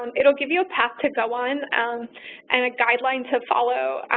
um it will give you a path to go on and and a guideline to follow.